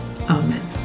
Amen